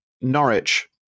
Norwich